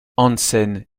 hansen